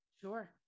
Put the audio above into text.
sure